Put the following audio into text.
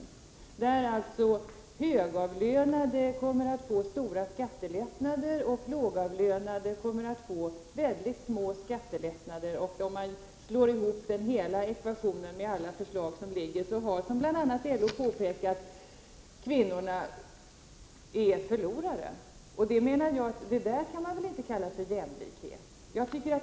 Genom den kommer högavlönade att få stora skattelättnader, och lågavlönade kommer att få väldigt små skattelättnader. Om man slår ihop hela ekvationen med alla förslag som föreligger, så är — vilket LO mycket riktigt påpekat — kvinnorna förlorare. Det kan man väl inte kalla för jämlikhet!